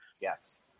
Yes